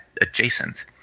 adjacent